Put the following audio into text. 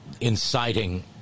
inciting